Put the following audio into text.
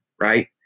right